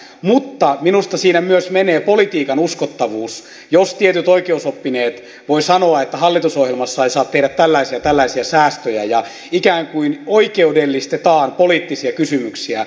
mutta minusta siinä myös menee politiikan uskottavuus jos tietyt oikeusoppineet voivat sanoa että hallitusohjelmassa ei saa tehdä tällaisia ja tällaisia säästöjä ja ikään kuin oikeudellistetaan poliittisia kysymyksiä